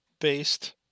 based